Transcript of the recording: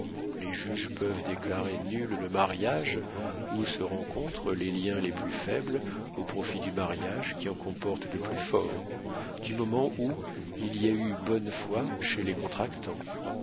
les juges peuvent déclarer nul le mariage où se rencontrent les liens les plus faibles au profit du mariage qui en comporte de plus forts du moment où il y a eu bonne foi chez les contractants